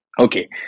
Okay